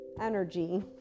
energy